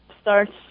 starts